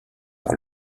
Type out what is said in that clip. par